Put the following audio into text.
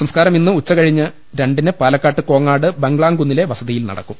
സംസ്കാരം ഇന്ന് ഉച്ച കഴിഞ്ഞ് രണ്ടിന് പാലക്കാട് കോങ്ങാട് ബംഗ്ലാംകുന്നിലെ വസതിയിൽ നട ക്കും